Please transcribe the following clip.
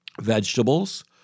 vegetables